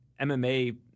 MMA